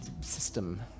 system